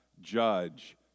judge